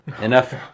Enough